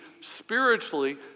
spiritually